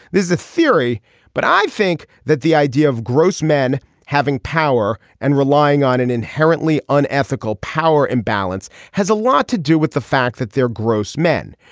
there's is a theory but i think that the idea of gross men having power and relying on an inherently unethical power imbalance has a lot to do with the fact that they're gross men.